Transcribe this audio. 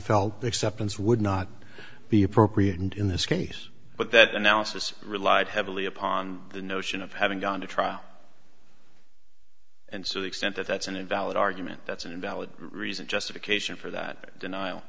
exceptions would not be appropriate and in this case but that analysis relied heavily upon the notion of having gone to trial and so the extent that that's an invalid argument that's an invalid reason justification for that denial